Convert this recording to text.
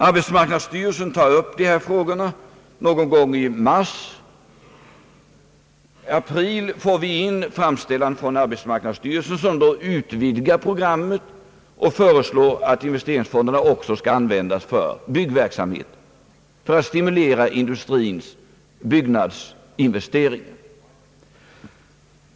Arbetsmarknadsstyrelsen tog upp dessa frågor någon gång i mars, i april får vi in en framställning från arbetsmarknadsstyrelsen som då utvidgar programmet och föreslår att investeringsfonderna också skall användas för byggverksamheten för att stimulera industrins byggnadsinvesteringar.